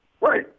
Right